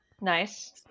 Nice